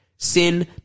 Sin